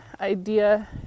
idea